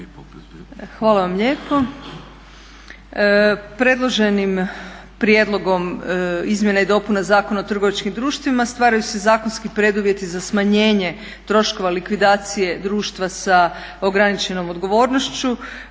Hvala vam lijepo. Predloženim prijedlogom izmjena i dopuna Zakona o trgovačkim društvima stvaraju se zakonski preduvjeti za smanjenje troškova likvidacije društva sa ograničenom odgovornošću